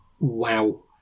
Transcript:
Wow